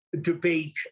debate